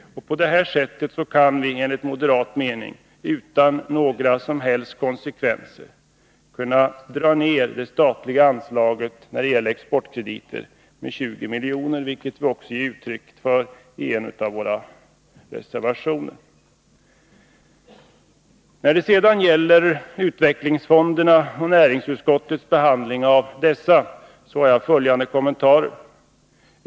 På det här sättet kan vi enligt moderat mening utan några som helst konsekvenser dra ned det statliga anslaget när det gäller exportkrediter med 20 miljoner, vilket vi också ger uttryck för i en av våra reservationer. När det sedan gäller utvecklingsfonderna och näringsutskottets behandling av dessa har jag följande kommentarer.